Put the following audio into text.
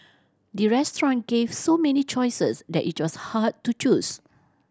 the restaurant gave so many choices that it was hard to choose